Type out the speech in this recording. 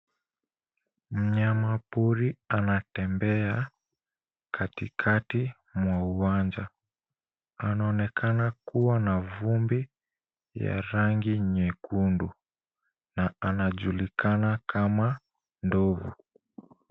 Mnyama pori anatembea katikati mwa uwanja. Anaonekana kuwa na vumbi ya rangi nyekundu na anajulikana kama ndovu.